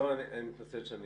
גיורא, אני מתנצל שאני